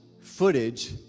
footage